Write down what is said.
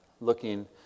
looking